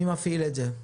מי מפעיל את זה?